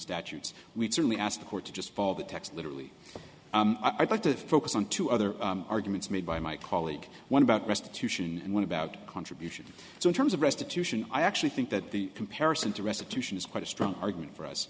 statutes we've certainly asked the court to just fall the text literally i'd like to focus on two other arguments made by my colleague one about restitution and one about contribution so in terms of restitution i actually think that the comparison to restitution is quite a strong argument for us